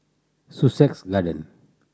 Sussex Garden